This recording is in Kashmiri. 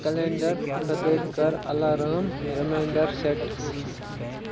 کلینڈر خٲطرٕ کر الارام ریماینڈر سیٹ